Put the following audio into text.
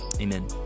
Amen